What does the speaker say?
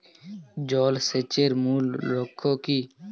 জল সেচের মূল লক্ষ্য কী?